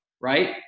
right